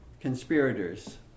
conspirators